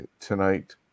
tonight